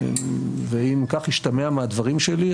ואם כך השתמע מהדברים שלי,